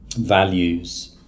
values